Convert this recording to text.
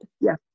yes